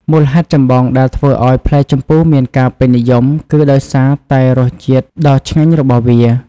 មូលហេតុចម្បងដែលធ្វើឱ្យផ្លែជម្ពូមានការពេញនិយមគឺដោយសារតែរសជាតិដ៏ឆ្ងាញ់របស់វា។